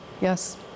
yes